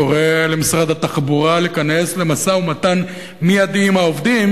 אני קורא למשרד התחבורה להיכנס למשא-ומתן מיידי עם העובדים